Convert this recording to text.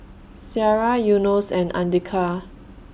Syirah Yunos and Andika